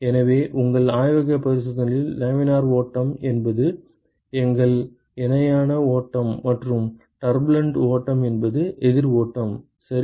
எனவே உங்கள் ஆய்வக பரிசோதனையில் லேமினார் ஓட்டம் என்பது எங்கள் இணையான ஓட்டம் மற்றும் டர்புலண்ட் ஓட்டம் என்பது எதிர் ஓட்டம் சரி